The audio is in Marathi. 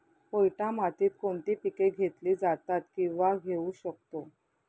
पोयटा मातीत कोणती पिके घेतली जातात, किंवा घेऊ शकतो?